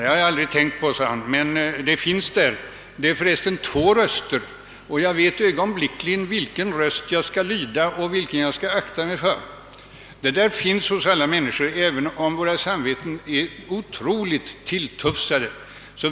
Det har jag aldrig tänkt på, sade han, men det finns där, och det är för resten två röster, och jag vet ögonblickligen vilken röst jag skall lyda och vilken jag skall akta mig för. Det där finns nog hos alla människor även om våra samveten är otroligt tilltufsade.